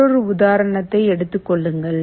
மற்றொரு உதாரணத்தை எடுத்துக் கொள்ளுங்கள்